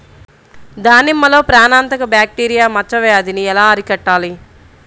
దానిమ్మలో ప్రాణాంతక బ్యాక్టీరియా మచ్చ వ్యాధినీ ఎలా అరికట్టాలి?